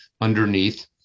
underneath